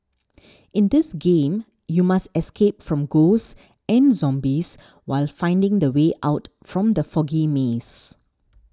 in this game you must escape from ghosts and zombies while finding the way out from the foggy maze